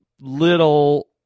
little